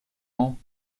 ans